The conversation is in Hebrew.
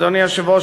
אדוני היושב-ראש,